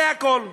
זה הכול.